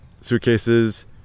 suitcases